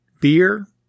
beer